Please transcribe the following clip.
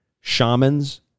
shamans